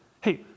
hey